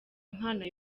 impano